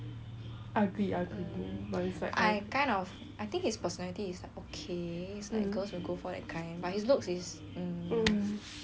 I kind of I think his personality is like okay it's like girls will go for that kind but his looks is